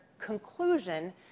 conclusion